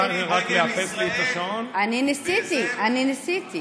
כי אני יכולה לעצור את השעון.